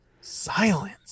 silence